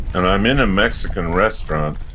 and i'm in a mexican restaurant,